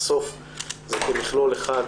כי בסוף זה מכלול אחד.